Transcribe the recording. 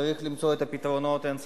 צריך למצוא את הפתרונות, אין ספק,